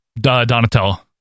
Donatello